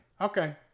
Okay